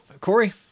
Corey